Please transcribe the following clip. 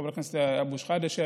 חבר הכנסת אבו שחאדה.